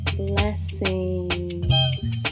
blessings